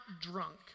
drunk